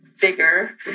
bigger